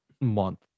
month